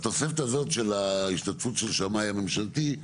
התוספת הזאת של ההשתתפות של השמאי הממשלתי,